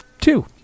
two